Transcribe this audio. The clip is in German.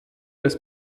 des